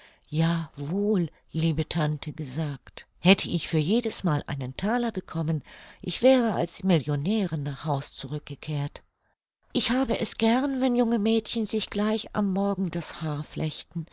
ja wohl liebe tante gesagt hätte ich für jedes mal einen thaler bekommen ich wäre als millionärin nach haus zurück gekehrt ich habe es gern wenn junge mädchen sich gleich am morgen das